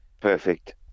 Perfect